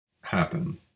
happen